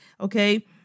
Okay